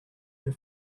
her